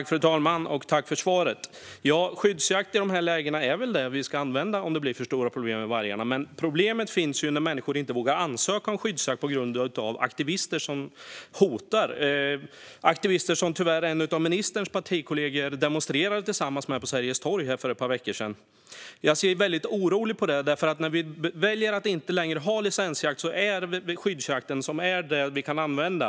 Fru talman! Jag tackar ministern för svaret. Ja, skyddsjakt är väl det som ska användas i detta läge om det blir för stora problem med vargarna. Det blir dock problematiskt när människor inte vågar ansöka om skyddsjakt på grund av aktivister som hotar - sådana aktivister som en av ministerns partikollegor tyvärr demonstrerade tillsammans med på Sergels torg för ett par veckor sedan. Detta oroar mig eftersom när vi inte längre har licensjakt är skyddsjakten det vi kan använda.